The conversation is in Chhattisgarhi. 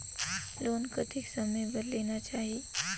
लोन कतेक समय बर लेना चाही?